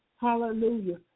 Hallelujah